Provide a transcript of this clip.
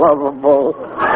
lovable